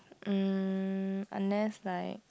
mm unless like